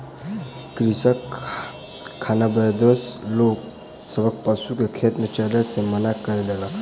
कृषक खानाबदोश लोक सभक पशु के खेत में चरै से मना कय देलक